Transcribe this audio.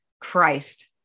Christ